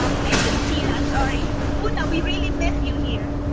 ah thank you tina, sorry. una, we really miss you here.